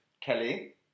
Kelly